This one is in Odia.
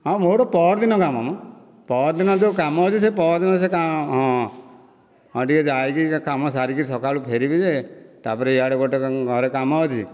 ହଁ ମୋର ପହରଦିନ କାମ ମ ପହରଦିନ ଯେଉଁ କାମ ଅଛି ସେ ହଁ ହଁ ଟିକିଏ ଯାଇକି କାମ ସାରିକି ସକାଳୁ ଫେରିବି ଯେ ତା ପରେ ଇଆଡ଼େ ଘରେ ଗୋଟିଏ କାମ ଅଛି